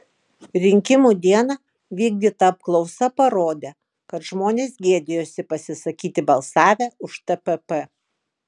rinkimų dieną vykdyta apklausa parodė kad žmonės gėdijosi pasisakyti balsavę už tpp